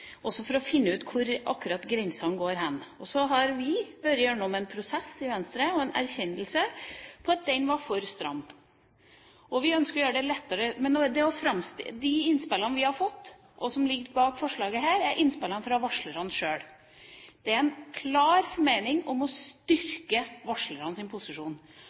grensene går hen. Så har vi vært gjennom en prosess i Venstre, og erkjenner at den var for stram. Vi ønsker å gjøre det lettere. Men de innspillene vi har fått, og som ligger bak dette forslaget, er innspill fra varslerne sjøl. Vi har en klar intensjon om å styrke varslernes posisjon. Når man da framstiller det som om man styrker bedriftenes posisjon,